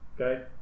okay